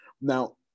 Now